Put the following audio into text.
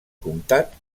comtat